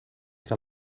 que